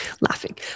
laughing